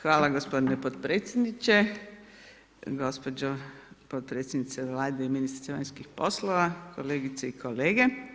Hvala gospodine podpredsjedniče, gospođo podpredsjednice Vlade i ministrice vanjskih poslova, kolegice i kolege.